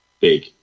big